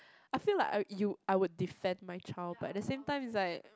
I feel like uh you I will defend my child but at the same time it's like